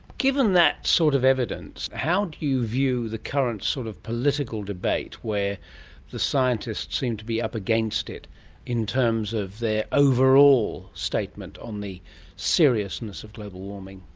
given that sort of evidence, how do you view the current sort of political debate where the scientists seem to be up against it in terms of their overall statement on the seriousness of global warming?